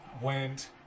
went